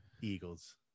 eagles